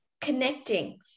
connecting